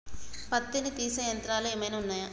పత్తిని తీసే యంత్రాలు ఏమైనా ఉన్నయా?